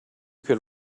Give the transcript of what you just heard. could